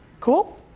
Cool